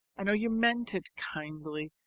i know you meant it kindly,